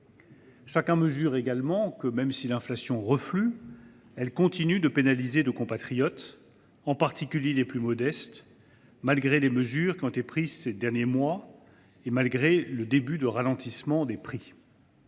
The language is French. Chacun mesure également que, même si elle reflue, l’inflation continue de pénaliser nos compatriotes, en particulier les plus modestes, malgré les mesures prises ces derniers mois et le début d’un ralentissement des prix.